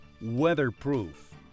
weatherproof